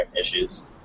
issues